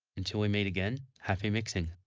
until we meet again, happy mixing!